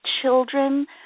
Children